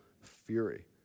fury